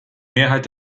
mehrheit